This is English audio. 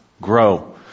grow